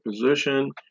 position